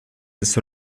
des